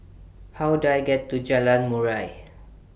How Do I get to Jalan Murai